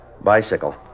Bicycle